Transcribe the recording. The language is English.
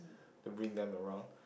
to bring them around